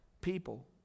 people